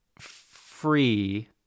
free